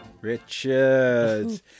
Richard